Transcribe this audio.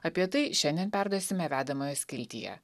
apie tai šiandien perduosime vedamojo skiltyje